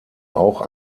auch